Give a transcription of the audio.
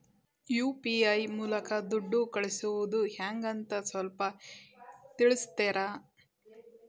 UPI ಮೂಲಕ ದುಡ್ಡು ಕಳಿಸೋದ ಹೆಂಗ್ ಅಂತ ಸ್ವಲ್ಪ ತಿಳಿಸ್ತೇರ?